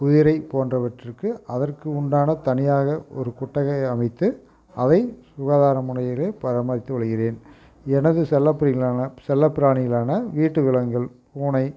குதிரை போன்றவற்றிக்கு அதற்கு உண்டான தனியாக ஒரு கொட்டகை அமைத்து அதைச் சுகாதார முறையில் பராமரித்து வருகிறேன் எனது செல்லப் பிரிணிகளான செல்லப் பிராணிகளான வீட்டு விலங்குகள் பூனை